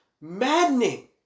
maddening